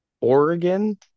Oregon